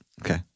Okay